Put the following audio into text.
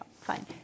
fine